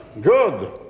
Good